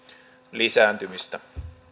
lisääntymistä